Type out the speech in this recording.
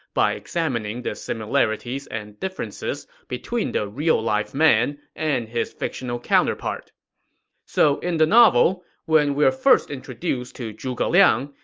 by examining the similarities and differences between the real-life man and his fictional counterpart so in the novel, when we are first introduced to zhuge liang,